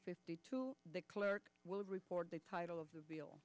fifty two de klerk will report the title of the will